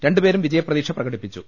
രണ്ടു പേരും വിജയപ്രതീക്ഷ പ്രകടിപ്പിച്ചു